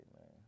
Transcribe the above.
man